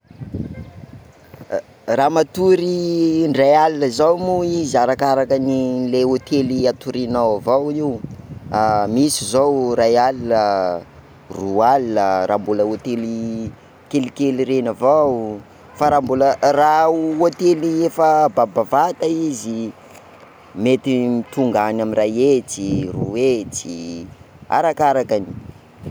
Raha matory indray alina zao mo izy arakaraka le hotely hatorinao avao io, misy zao ray alina, roa alina, ra mbola hotely kelikely reny avao, fa ra mbola- raha hotely efa bavabavata izy mety ho tonga any amin'ny ray hetsy, roa hetsy arakaraka.